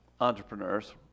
Entrepreneurs